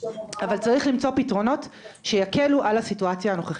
אבל צריך למצוא פתרונות שיקלו על הסיטואציה הנוכחית.